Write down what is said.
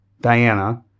Diana